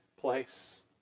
place